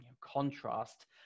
contrast